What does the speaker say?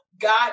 God